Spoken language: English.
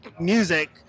music